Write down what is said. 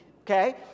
okay